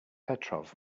petrov